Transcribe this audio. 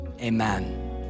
amen